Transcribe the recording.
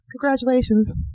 Congratulations